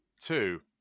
Two